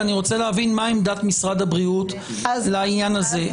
כי אני רוצה להבין מה עמדת משרד הבריאות לעניין הזה.